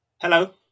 Hello